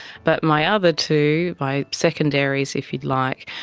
but my other two, my secondaries if you like,